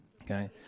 okay